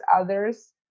others